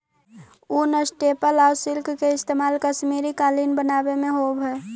ऊन, स्टेपल आउ सिल्क के इस्तेमाल कश्मीरी कालीन बनावे में होवऽ हइ